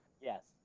Yes